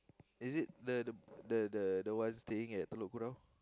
is it the the the the the one staying at Telok-Kurau